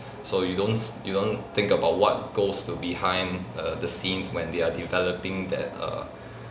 so you don't s~ you don't think about what goes to behind err the scenes when they are developing that err